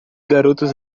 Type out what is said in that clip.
garotos